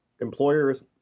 employers